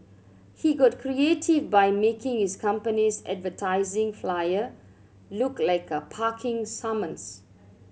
he got creative by making his company's advertising flyer look like a parking summons